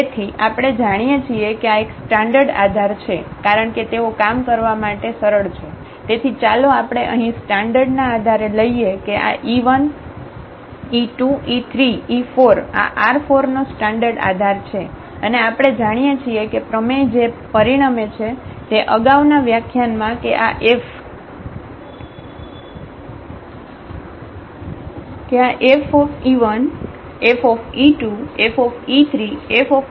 તેથી આપણે જાણીએ છીએ કે આ એક સ્ટાન્ડર્ડ આધાર છે કારણ કે તેઓ કામ કરવા માટે સરળ છે તેથી ચાલો આપણે અહીં સ્ટાન્ડર્ડ ના આધારે લઈએ કે આe1 e2 e3 e4 આ R4 નો સ્ટાન્ડર્ડ આધાર છે અને આપણે જાણીએ છીએ કે પ્રમેય જે પરિણમે છે અગાઉના વ્યાખ્યાનમાં કે આ Fe1Fe2Fe3Fe4 કરતાં આ x∈R4 છે આ R3 માં વેક્ટર છે અને તેઓ ખરેખર આ મેપિંગ F ની ઈમેજ ને વિસ્તૃત કરશે